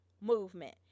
Movement